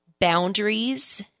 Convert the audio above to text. Boundaries